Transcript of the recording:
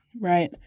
Right